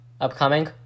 upcoming